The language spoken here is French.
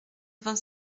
vingt